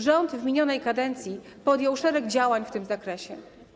Rząd w minionej kadencji podjął szereg działań w tym zakresie.